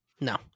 No